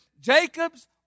Jacob's